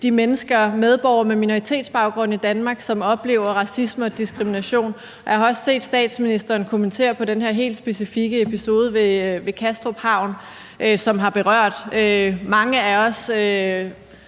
om de medborgere med minoritetsbaggrund i Danmark, som oplever racisme og diskrimination, og jeg har også set statsministeren kommentere på den her helt specifikke episode ved Kastrup Havn, som har berørt mange af os.